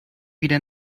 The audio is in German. wieder